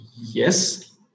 yes